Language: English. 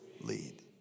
lead